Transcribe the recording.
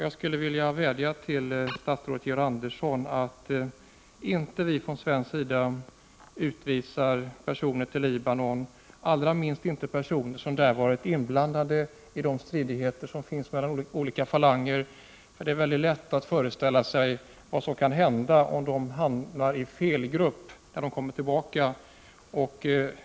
Jag skulle vilja vädja till statsrådet Georg Andersson att vi från svensk sida inte utvisar personer till Libanon, allra minst personer som där varit inblandade i stridigheterna mellan olika falanger. Det är mycket lätt att föreställa sig vad som kan hända om de hamnar i fel grupp när de återvänder.